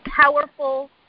powerful